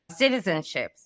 citizenships